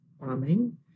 bombing